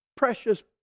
Precious